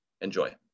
Enjoy